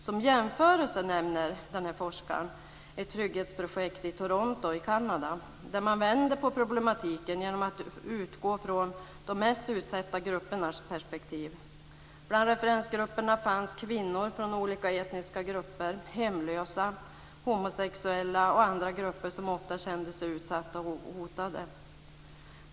Som jämförelse nämner den här forskaren ett trygghetsprojekt i Toronto i Kanada, där man vänt på problematiken genom att utgå från de mest utsatta gruppernas perspektiv. Bland referensgrupperna finns kvinnor från olika etniska grupper, hemlösa, homosexuella och andra grupper som ofta känner sig utsatta och hotade.